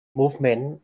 movement